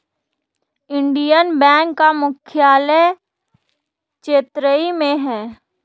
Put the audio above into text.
Indian bank का मुख्यालय चेन्नई में है